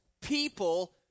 people